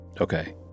okay